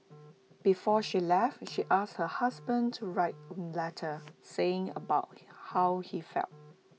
before she left she asked her husband to write A letter saying about how he felt